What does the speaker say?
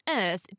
earth